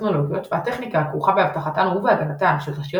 הטכנולוגיות והטכניקה הכרוכה באבטחתן ובהגנתן של תשתיות